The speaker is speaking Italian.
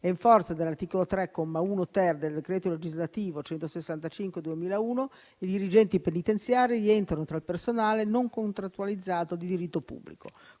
e, in forza dell'articolo 3, comma 1-*ter* del decreto legislativo n. 165 del 2001, i dirigenti penitenziari rientrano tra il personale non contrattualizzato di diritto pubblico.